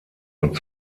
und